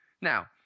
Now